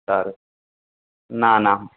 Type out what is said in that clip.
સારું ના ના